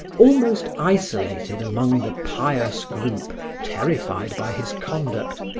almost isolated among the pious group terrified by his conduct,